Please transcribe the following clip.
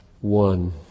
one